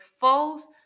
false